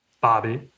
Bobby